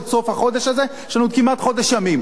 עד סוף החודש הזה יש לנו עוד כמעט חודש ימים.